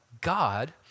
God